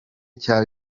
cya